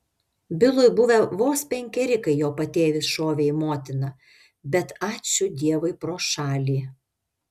bilui buvę vos penkeri kai jo patėvis šovė į motiną bet ačiū dievui pro šalį